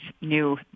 new